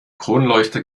kronleuchter